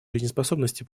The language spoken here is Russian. жизнеспособности